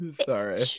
Sorry